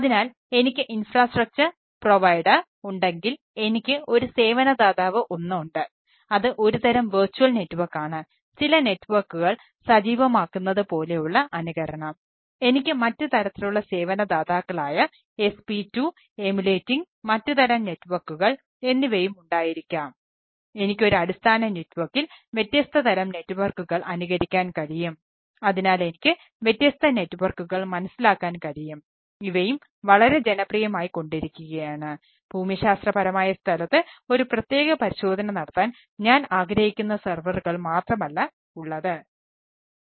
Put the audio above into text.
അതിനാൽ എനിക്ക് infrastructure provider മാത്രമല്ല ഉള്ളത്